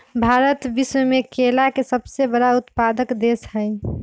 भारत विश्व में केला के सबसे बड़ उत्पादक देश हई